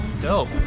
Dope